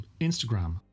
Instagram